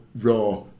raw